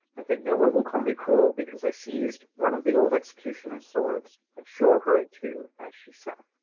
i think no one will call me cruel because i seized one of the old executioner's swords and shore her in two as she sat.